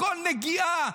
כל נגיעה,